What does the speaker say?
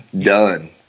done